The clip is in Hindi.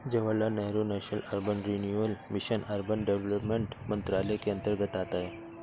Jawaharlal Nehru national urban renewal mission urban development मंत्रालय के अंतर्गत आता है